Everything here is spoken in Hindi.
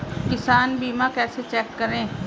किसान बीमा कैसे चेक करें?